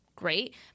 Great